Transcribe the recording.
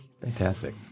fantastic